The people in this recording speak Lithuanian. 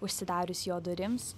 užsidarius jo durims